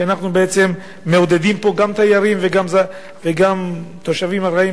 שבו אנחנו בעצם מעודדים פה גם תיירים וגם תושבים ארעיים